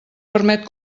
permet